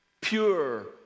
pure